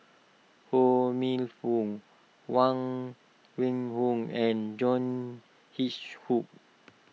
Ho Minfong Huang Wenhong and John